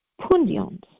pundions